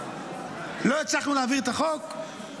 לא הצלחנו להעביר את החוק.